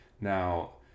Now